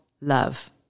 love